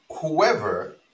whoever